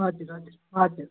हजुर हजुर हजुर